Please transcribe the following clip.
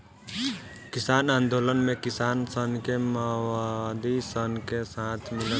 किसान आन्दोलन मे किसान सन के मओवादी सन के साथ मिलल रहे